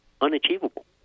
unachievable